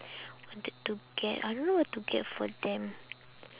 wanted to get I don't know what to get for them